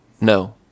No